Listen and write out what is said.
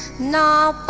now